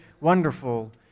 wonderful